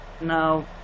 Now